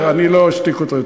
בסדר, אני לא אשתיק אותו יותר.